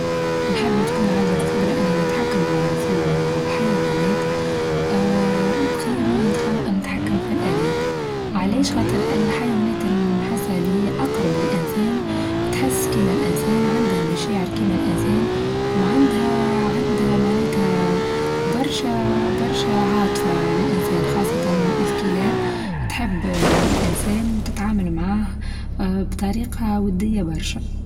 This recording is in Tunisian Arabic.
نحب تكون عندي القدرة إني نتحكم في ال-الحيوانات آآ وخير مين نتحكم في الآلات، علاش؟ خاطر الحيوانات لي نحسها اللي هي أقرب للإنسان تحس كيما الإنسان عنده مشاعر كيما الإنسان وعندها-عندها معناتها برشا-برشا عاطفة للإنسان خاصة الكلاب، تحب الإنسان وتتعامل معاه آآ بطريقة ودية برشا.